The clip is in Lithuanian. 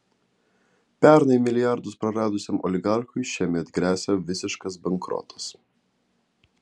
pernai milijardus praradusiam oligarchui šiemet gresia visiškas bankrotas